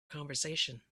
conversation